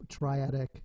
triadic